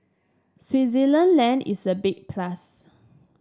Switzerland land is a big plus